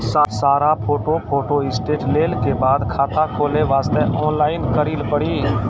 सारा photo photostate लेल के बाद खाता खोले वास्ते ऑनलाइन करिल पड़ी?